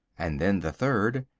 and then the third.